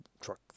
truck